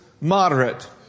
moderate